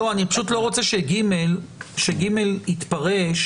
אני פשוט לא רוצה ש-(ג) יתפרש